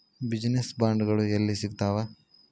Business ಬಾಂಡ್ಗಳು ಯೆಲ್ಲಿ ಸಿಗ್ತಾವ?